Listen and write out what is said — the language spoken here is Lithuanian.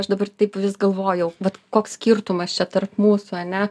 aš dabar taip vis galvojau vat koks skirtumas čia tarp mūsų ane